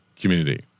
community